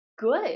good